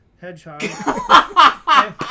hedgehog